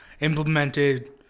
implemented